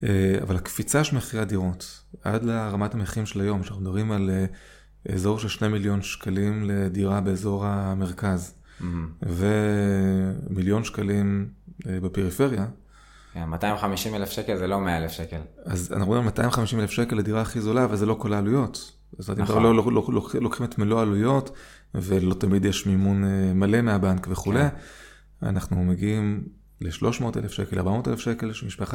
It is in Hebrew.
אבל הקפיצה של מחירי הדירות, עד לרמת מחירים של היום, כשאנחנו מדברים על אזור של שני מיליון שקלים לדירה באזור המרכז, ומיליון שקלים בפריפריה. 250 אלף שקל זה לא 100 אלף שקל. אז אנחנו גם 250 אלף שקל לדירה הכי זולה, אבל זה לא כל העלויות. אז לא לקוחים את מלוא העלויות, ולא תמיד יש מימון מלא מהבנק וכו', אנחנו מגיעים ל-300 אלף שקל, 400 אלף שקל...